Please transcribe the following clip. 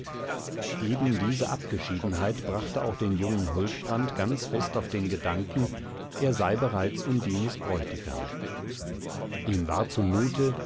eben diese abgeschiedenheit brachte auch den jungen huldbrand ganz fest auf den gedanken er sei bereits undines bräutigam ihm war zumute